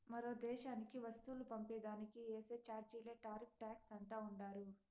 మరో దేశానికి వస్తువులు పంపే దానికి ఏసే చార్జీలే టార్రిఫ్ టాక్స్ అంటా ఉండారు